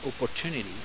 opportunity